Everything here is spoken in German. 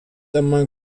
einmal